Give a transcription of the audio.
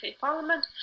parliament